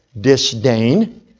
disdain